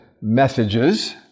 messages